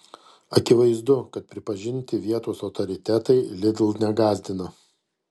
akivaizdu kad pripažinti vietos autoritetai lidl negąsdina